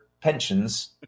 pensions